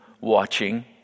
watching